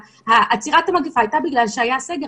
עצירת המגפה הייתה בגלל שהיה סגר.